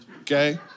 Okay